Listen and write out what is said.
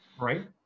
right